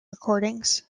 recordings